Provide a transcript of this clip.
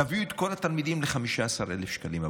תביאו את כל התלמידים ל-15,000 שקלים.